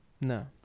No